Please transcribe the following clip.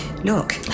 Look